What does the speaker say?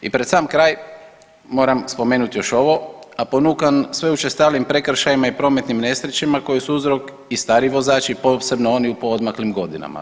I pred sam kraj moram spomenuti još ovo, a ponukan sve učestalijim prekršajima i prometnim nesrećama koje su uzrok i stari vozači posebno oni u poodmaklim godinama.